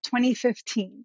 2015